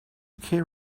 care